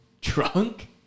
drunk